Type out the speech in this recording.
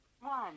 one